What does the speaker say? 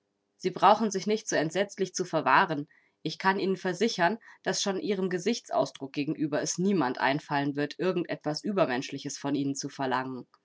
sie brauchen sich nicht so entsetzlich zu verwahren ich kann ihnen versichern daß schon ihrem gesichtsausdruck gegenüber es niemand einfallen wird irgend etwas uebermenschliches von ihnen zu verlangen